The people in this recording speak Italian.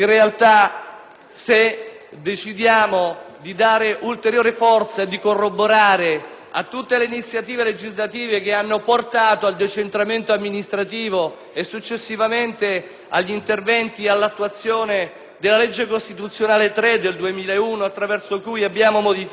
realtà, occorre dare ulteriore forza e corroborare tutte le iniziative legislative che hanno portato al decentramento amministrativo e, successivamente, agli interventi di attuazione della legge costituzionale n. 3 del 2001, attraverso cui abbiamo modificato